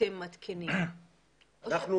אתם מתקינים אצלו את גלאי העשן?